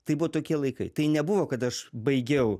tai buvo tokie laikai tai nebuvo kad aš baigiau